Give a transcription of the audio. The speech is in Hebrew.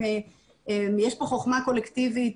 יש פה חוכמה קולקטיבית,